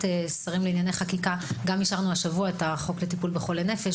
בוועדת השרים לענייני חקיקה אישרנו השבוע את החוק לטיפול בחולי נפש,